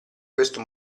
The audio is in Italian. questo